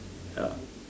ya